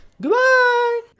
Goodbye